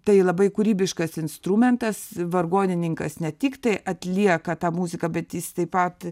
tai labai kūrybiškas instrumentas vargonininkas ne tik tai atlieka tą muziką bet jis taip pat